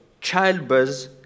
childbirth